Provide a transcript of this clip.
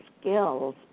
skills